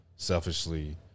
selfishly